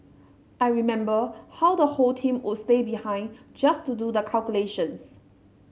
I remember how the whole team would stay behind just to do the calculations